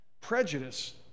Prejudice